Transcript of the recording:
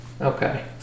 Okay